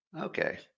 Okay